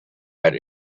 had